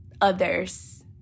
others